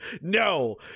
No